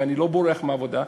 ואני לא בורח מהעבודה.